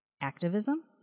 activism